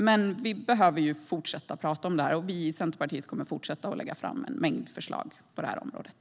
Men vi behöver fortsätta tala om det här, och vi i Centerpartiet kommer att fortsätta lägga fram en mängd förslag på det här området.